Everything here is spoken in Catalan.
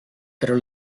però